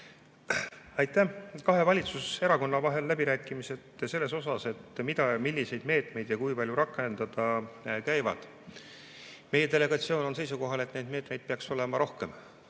Aitäh! Kahe valitsuserakonna vahel läbirääkimised selle üle, mida, milliseid meetmeid ja kui palju rakendada, käivad. Meie delegatsioon on seisukohal, et neid meetmeid peaks olema rohkem.